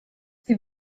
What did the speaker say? sie